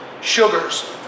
sugars